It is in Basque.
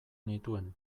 nituen